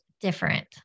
different